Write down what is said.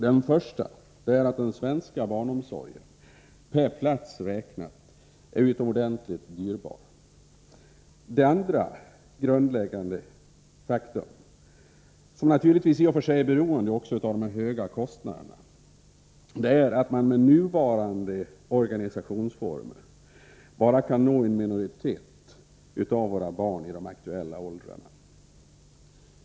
Den första är att den svenska barnomsorgen, per plats räknat, är utomordentligt dyrbar. Det andra grundläggande faktum — som naturligtvis är beroende av de höga kostnaderna — är att man med nuvarande omsorgsformer bara kan nå en minoritet av våra barn i de aktuella åldrarna.